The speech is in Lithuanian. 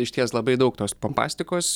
išties labai daug tos pompastikos